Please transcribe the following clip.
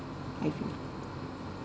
I feel